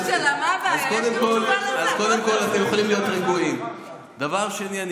שר החינוך יואב קיש: דאגתם לזה, קיבלתם את זה.